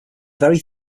very